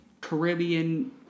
Caribbean